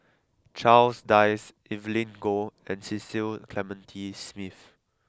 Charles Dyce Evelyn Goh and Cecil Clementi Smith